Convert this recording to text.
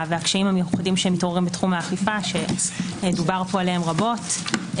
והקשיים המיוחדים שמתעוררים בתחום האכיפה שדובר עליהם פה רבות,